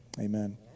Amen